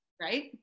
right